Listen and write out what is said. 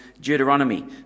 Deuteronomy